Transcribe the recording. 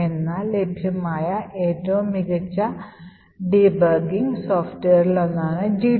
അതിനാൽ ലഭ്യമായ ഏറ്റവും മികച്ച ഡീബഗ്ഗിംഗ് സോഫ്റ്റ്വെയറുകളിലൊന്നാണ് gdb